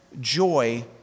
joy